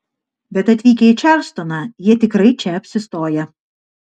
bet atvykę į čarlstoną jie tikrai čia apsistoja